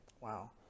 Wow